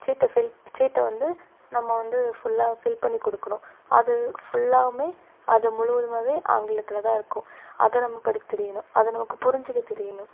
சீட்டை ஃபில் சீட்டை வந்து நம்ம வந்து ஃபுல்லா ஃபில் பண்ணி கொடுக்கணும் அது ஃபுல்லாவுமே அதை முழுவதுமாவே ஆங்கிலத்தில்தான் இருக்கும் அதை நமக்கு படிக்கத் தெரியணும் அதை நமக்கு புரிஞ்சிக்க தெரியணும்